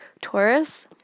Taurus